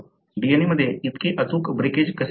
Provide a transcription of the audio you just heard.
DNA मध्ये इतके अचूक ब्रेकेज कसे घडते